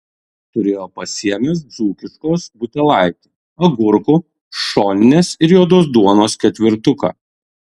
turėjo pasiėmęs dzūkiškos butelaitį agurkų šoninės ir juodos duonos ketvirtuką